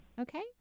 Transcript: okay